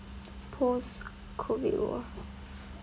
post COVID world